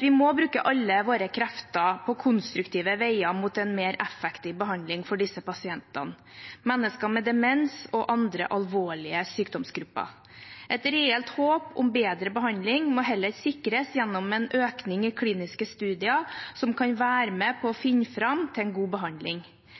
Vi må bruke alle våre krefter på konstruktive veier mot en mer effektiv behandling for disse pasientene, mennesker med demens og andre alvorlige sykdomsgrupper. Et reelt håp om bedre behandling må heller sikres gjennom en økning i kliniske studier som kan være med på å